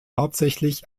hauptsächlich